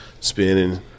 Spinning